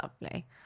lovely